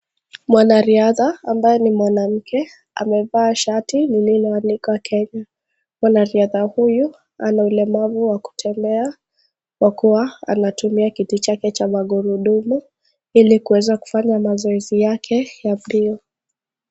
Mwanariadha ambaye ni mwanamke amevaa shati lililoandikwa Kenya. Mwanariadha huyu ana ulemavu wa kutembea kwa kuwa anatumia kiti chake cha magurudumu ili kuweza kufanya mazoezi yake ya mbio.